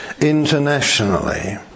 internationally